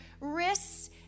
wrists